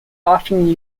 often